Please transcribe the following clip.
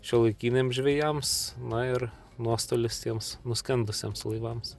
šiuolaikiniams žvejams na ir nuostolis tiems nuskendusiems laivams